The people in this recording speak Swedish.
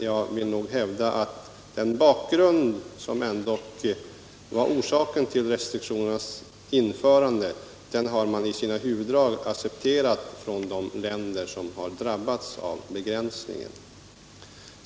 Jag vill hävda att orsaken till restriktionernas införande i sina huvuddrag har accepterats av de länder som har drabbats av begränsningen.